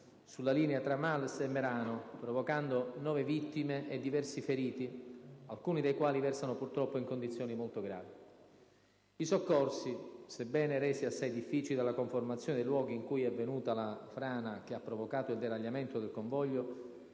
sulla linea tra Malles e Merano, provocando nove vittime e diversi feriti, alcuni dei quali versano, purtroppo, in condizioni molto gravi. I soccorsi, sebbene resi assai difficili dalla conformazione dei luoghi in cui è avvenuta la frana che ha provocato il deragliamento del convoglio,